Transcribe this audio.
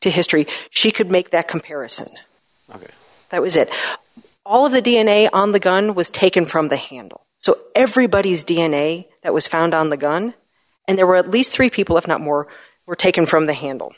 history she could make that comparison that was it all of the d n a on the gun was taken from the handle so everybody's d n a that was found on the gun and there were at least three people if not more were taken from the handle